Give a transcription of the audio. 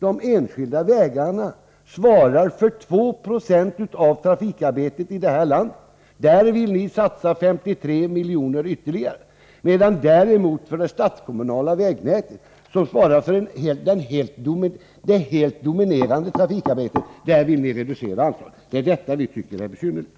De enskilda vägarna svarar för 2 96 av trafikarbetet i det här landet. Där vill ni satsa 53 milj.kr. ytterligare, medan ni däremot till det statskommunala vägnätet, som svarar för det helt dominerande trafikarbetet, vill reducera anslaget. Det är detta som vi tycker är besynnerligt.